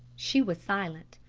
she was silent.